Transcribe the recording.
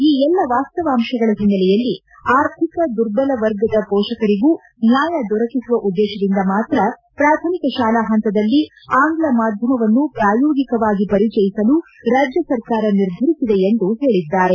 ಈ ಎಲ್ಲ ವಾಸ್ತವಾಂಶಗಳ ಒನ್ನೆಲೆಯಲ್ಲಿ ಆರ್ಥಿಕ ದುರ್ಬಲ ವರ್ಗದ ಮೋಷಕರಿಗೂ ನ್ಯಾಯ ದೊರಕಿಸುವ ಉದ್ದೇಶದಿಂದ ಮಾತ್ರ ಪೂಥಮಿಕ ಶಾಲಾ ಪಂತದಲ್ಲಿ ಆಂಗ್ಲ ಮಾಧ್ಯಮವನ್ನು ಪೂಯೋಗಿಕವಾಗಿ ಪರಿಚಯಿಸಲು ರಾಜ್ಯ ಸರ್ಕಾರ ನಿರ್ಧರಿಸಿದೆ ಎಂದು ಹೇಳಿದ್ದಾರೆ